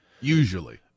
Usually